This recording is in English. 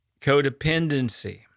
codependency